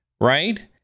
right